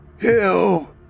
Hell